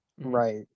right